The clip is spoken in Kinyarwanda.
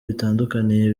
bitandukaniye